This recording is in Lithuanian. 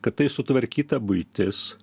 kad tai sutvarkyta buitis